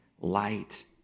light